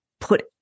put